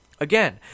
Again